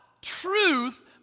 truth